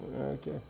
Okay